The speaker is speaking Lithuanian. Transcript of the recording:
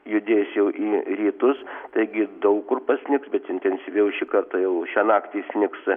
judės jau į rytus taigi daug kur pasnigs bet intensyviau šį kartą jau šią naktį snigs